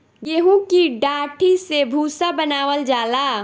गेंहू की डाठी से भूसा बनावल जाला